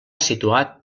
situat